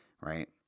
right